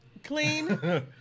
clean